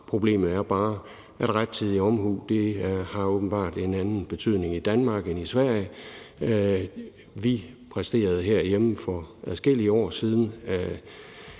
Problemet er bare, at rettidig omhu åbenbart har en anden betydning i Danmark, end det har i Sverige. Vi præsterede herhjemme for adskillige år siden